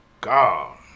God